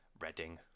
Reading